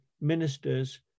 ministers